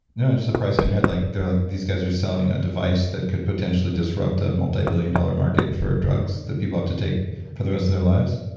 no, just a price in your head like there are like these guys are selling a device that could potentially disrupt a multi-billion dollar market for drugs. that people have to take for the rest of their lives,